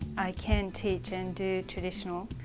i can teach and do traditional,